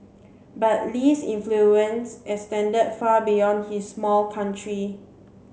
but Lee's influence extended far beyond his small country